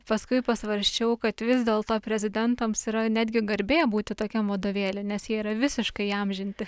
paskui pasvarsčiau kad vis dėlto prezidentams yra netgi garbė būti tokiam vadovėly nes jie yra visiškai įamžinti